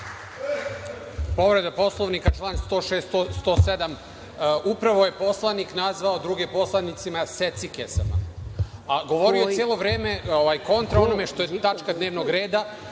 Povreda Poslovnika, član 106, 107.Upravo je poslanik nazvao druge poslanike – secikesama. Govorio je sve vreme kontra onome što je tačka dnevnog reda.